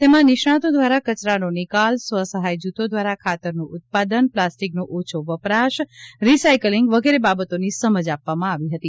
તેમાં નિષ્ણાંતો દ્વારા કચરાનો નિકાલ સ્વસહાય જૂથો દ્વારા ખાતરનું ઉત્પાદન પ્લાસ્ટીકનો ઓછો વપરાશ રીસાયકલીંગ વગેરે બાબતોની સમજ આપવામાં આવી હતી